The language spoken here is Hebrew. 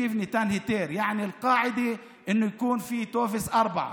שלפיו ניתן היתר (אומר בערבית: כלומר הכלל הוא שיהיה טופס 4,)